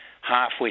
halfway